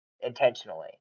intentionally